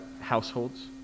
households